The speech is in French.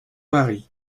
mari